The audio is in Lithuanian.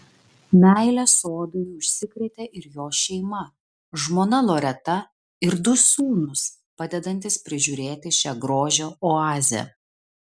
meile sodui užsikrėtė ir jo šeima žmona loreta ir du sūnūs padedantys prižiūrėti šią grožio oazę